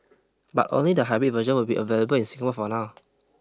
but only the hybrid version will be available in Singapore for now